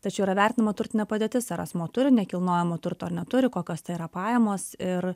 tačiau yra vertinama turtinė padėtis ar asmuo turi nekilnojamo turto ar neturi kokios tai yra pajamos ir